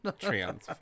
trans